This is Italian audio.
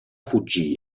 fuggì